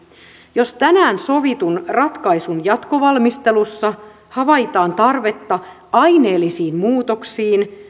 jos tänään sovitun ratkaisun jatkovalmistelussa havaitaan tarvetta aineellisiin muutoksiin